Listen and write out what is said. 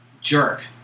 jerk